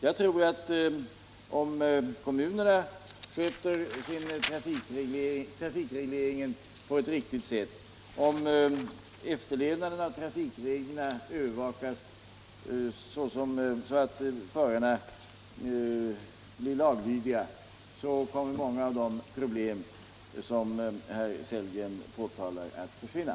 Jag tror att om kommunerna sköter trafikregleringen på ett riktigt sätt och om efterlevnaden av trafikreglerna övervakas så att förarna blir laglydiga, så kommer många av de problem som herr Sellgren pekar på att försvinna.